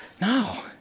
No